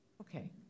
okay